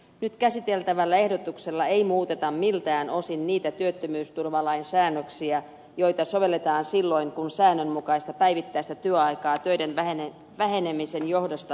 nyt käsiteltävällä ehdotuksella ei muuteta miltään osin niitä työttömyysturvalain säännöksiä joita sovelletaan silloin kun säännönmukaista päivittäistä työaikaa töiden vähenemisen johdosta lyhennetään